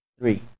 three